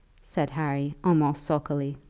said harry, almost sulkily.